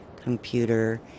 computer